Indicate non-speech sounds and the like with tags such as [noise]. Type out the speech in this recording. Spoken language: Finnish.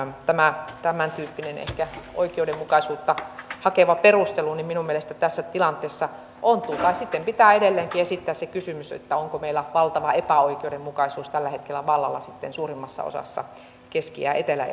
tämä tämäntyyppinen ehkä oikeudenmukaisuutta hakeva perustelu minun mielestäni tässä tilanteessa ontuu tai sitten pitää edelleenkin esittää se kysymys onko meillä valtava epäoikeudenmukaisuus tällä hetkellä vallalla sitten suurimmassa osassa keski ja etelä [unintelligible]